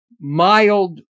mild